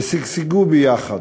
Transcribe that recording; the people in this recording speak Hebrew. ושגשגו יחד,